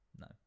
no